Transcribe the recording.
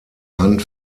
hand